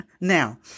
Now